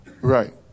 Right